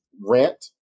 rent